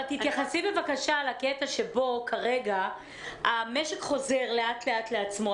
אבל תתייחסי בבקשה לקטע שבו כרגע המשק חוזר לאט לאט לעצמו,